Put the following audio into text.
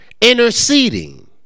interceding